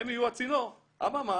הם יהיו הצינור, אממה?